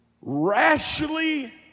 rashly